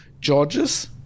Georges